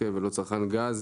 ולא "צרכן גז"